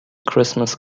christmas